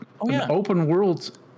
open-world